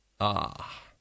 ah